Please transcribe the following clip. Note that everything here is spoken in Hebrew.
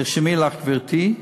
תרשמי לך, גברתי,